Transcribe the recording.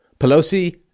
Pelosi